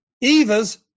Eva's